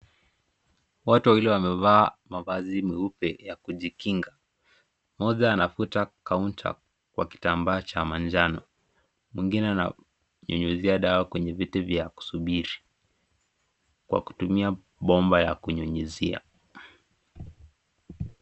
Watu wawili wamevaa mavazi meupe ya kujikinga, mmoja anafuta kaunta kwa kitambaa cha manjano, mwingine ananyunyizia dawa kwenye viti vya kusubiri, kwa kutumia bomba ya kunyunyizia.